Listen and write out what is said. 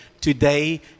today